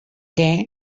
què